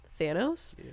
thanos